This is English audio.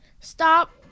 stop